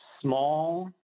small